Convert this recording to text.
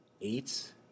eight